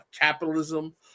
capitalism